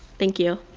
thank you.